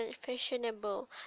fashionable